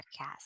podcast